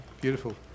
Beautiful